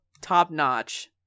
top-notch